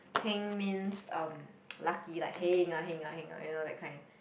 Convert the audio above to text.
heng means um lucky like heng Ah heng ah you know that kind